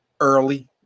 early